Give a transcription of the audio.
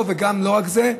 ולא רק זה,